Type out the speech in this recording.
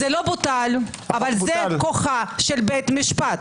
זה לא בוטל אבל זה הכוח של בית משפט